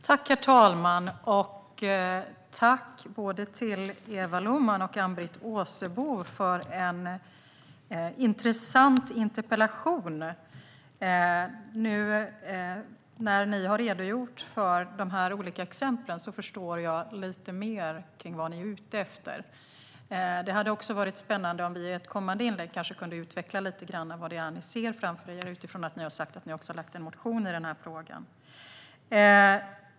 Herr talman! Jag tackar Eva Lohman och Ann-Britt Åsebol för en intressant interpellationsdebatt. Nu när ni har redogjort för de olika exemplen förstår jag lite bättre vad ni är ute efter. Det vore spännande om ni i ett kommande inlägg kunde utveckla vad det är ni ser framför er, i och med att ni också har väckt en motion i frågan.